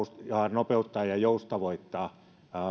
nopeuttaa ja joustavoittaa